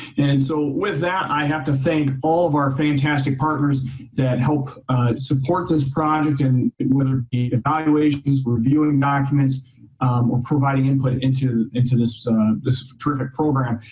and so with that, i have to thank all of our fantastic partners that help support this project in whether evaluations, reviewing documents or providing input into into this this terrific program.